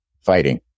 fighting